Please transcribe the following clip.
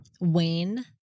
Wayne